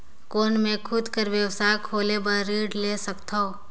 कौन मैं खुद कर व्यवसाय खोले बर ऋण ले सकत हो?